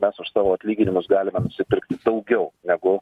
mes už savo atlyginimus galime nusipirkti daugiau negu